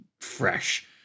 fresh